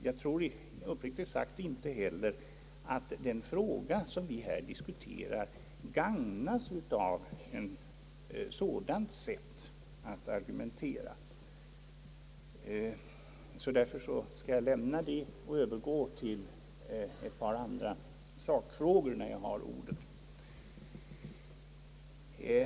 Uppriktigt sagt tror jag inte heller att den fråga, som vi här diskuterar, gagnas av ett sådant sätt att argumentera. Därför skall jag lämna detta och övergå till ett par sakfrågor, när jag i alla fall har ordet.